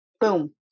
Boom